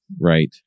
right